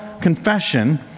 confession